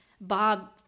Bob